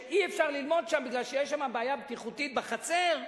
שאי-אפשר ללמוד שם כי יש בעיה בטיחותית בחצר,